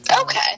okay